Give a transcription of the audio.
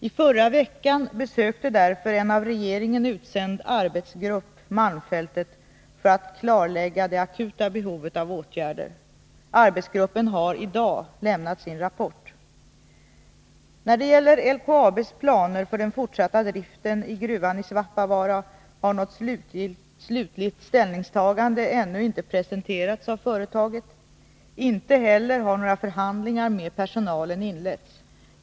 I förra veckan besökte därför en av regeringen utsänd arbetsgrupp malmfälten för att klarlägga det akuta behovet av åtgärder. Arbetsgruppen har i dag lämnat sin rapport. När det gäller LKAB:s planer för den fortsatta driften i gruvan i Svappavaara har något slutligt ställningstagande ännu inte presenterats av företaget. Inte heller har några förhandlingar med personalen inletts.